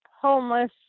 homeless